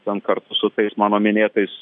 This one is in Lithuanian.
ten kartu su tais mano minėtais